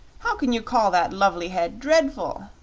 how can you call that lovely head dreadful?